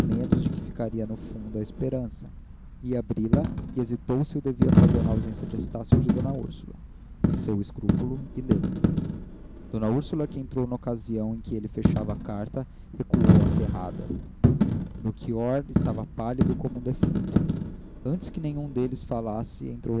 menos de que ficaria no fundo a esperança ia abri-la e hesitou se o devia fazer na ausência de estácio e d úrsula venceu o escrúpulo e leu d úrsula que entrou na ocasião em que ele fechava a carta recuou aterrada melchior estava pálido como um defunto antes que nenhum deles falasse entrou